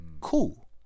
cool